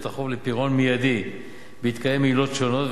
החוב לפירעון מיידי בהתקיים עילות שונות,